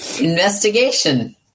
Investigation